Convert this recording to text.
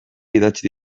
idatzi